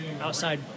outside